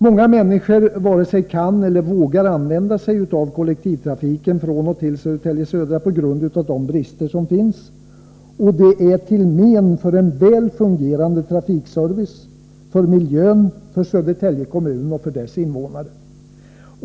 Många människor varken kan eller vågar använda sig av kollektivtrafiken från och till Södertälje Södra på grund av de brister som finns. Det är till men för en väl fungerande trafikservice, för miljön, för Södertälje kommun och dess invånare.